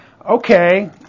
Okay